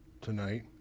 tonight